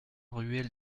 ruelle